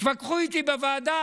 התווכחו איתי בוועדה,